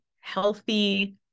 healthy